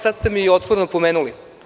Sad ste mi i otvoreno pomenuli.